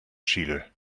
chile